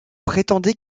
prétendez